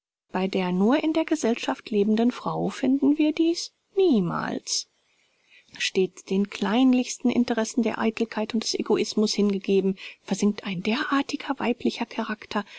bei der nur in der gesellschaft lebenden frau finden wir dies niemals stets den kleinlichsten interessen der eitelkeit und des egoismus hingegeben versinkt ein derartiger weiblicher charakter